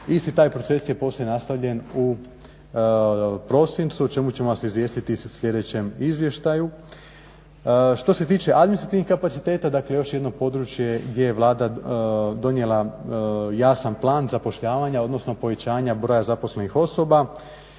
Isti taj proces je poslije nastavljen u prosincu o čemu ćemo vas izvijestiti u sljedećem izvještaju. Što se tiče administrativnih kapaciteta, dakle još jedno područje gdje je Vlada donijela jasan plan zapošljavanja, odnosno povećanja broja zaposlenih osoba.